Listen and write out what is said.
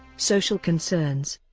social concerns